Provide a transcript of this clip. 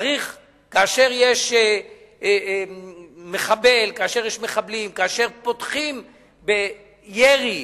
כאשר יש מחבלים, כאשר פותחים בירי